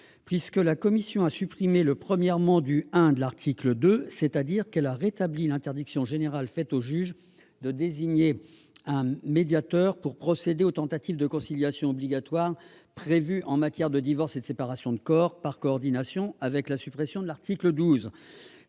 puisque la commission a supprimé le 1° du I de l'article 2, c'est-à-dire qu'elle a rétabli l'interdiction générale faite au juge de désigner un médiateur pour procéder aux tentatives de conciliation obligatoires prévues en matière de divorce et de séparation de corps, par coordination avec la suppression de l'article 12.